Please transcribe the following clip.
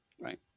Right